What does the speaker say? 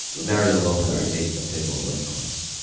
mario lopez ate a table away from us.